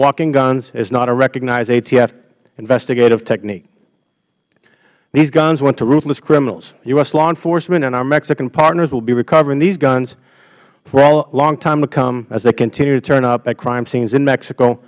walking guns is not a recognized atf investigative technique these guns went to ruthless criminals u s law enforcement and our mexican partners will be recovering these guns for a long time to come as they continue to turn up at crime scenes in mexico